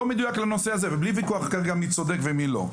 מדויק לנושא הזה ובלי וויכוח גם מי צודק ומי לא.